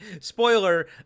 spoiler